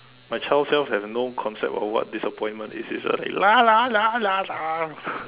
my child self has no concept of what disappointment is he's only